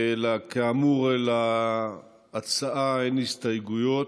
כאמור, להצעה אין הסתייגויות,